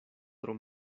tro